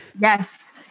Yes